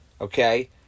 okay